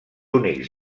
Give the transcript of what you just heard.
únics